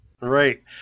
Right